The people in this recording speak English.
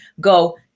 go